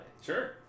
sure